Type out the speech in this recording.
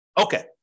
Okay